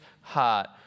heart